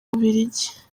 bubiligi